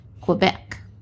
Quebec